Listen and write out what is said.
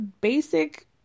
basic